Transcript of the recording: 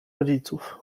rodziców